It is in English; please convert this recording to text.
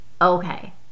Okay